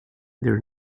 their